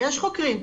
יש חוקרים.